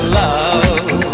love